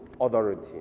authority